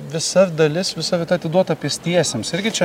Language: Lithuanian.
visa dalis visa vieta atiduota pėstiesiems irgi čia